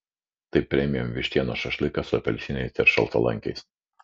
tai premium vištienos šašlykas su apelsinais ir šaltalankiais